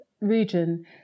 region